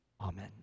Amen